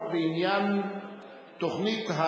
הוועדה המיועדת לדון בעניין זה היא ועדת החינוך,